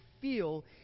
feel